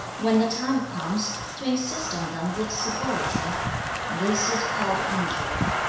when the time comes, to insist on them with severity this is called injury.